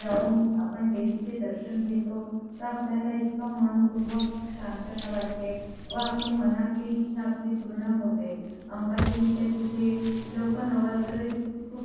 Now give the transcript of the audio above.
जाऊन आपण देवीचे दर्शन घेतो तर आपल्याला एक मनःपूर्वक शांतता वाटते व आपले मनातली इच्छा आपली पूर्ण होते अंबादेवीचे तिथे लोक नवरात्रीत खूप